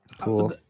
cool